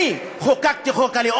אני חוקקתי את חוק הלאום,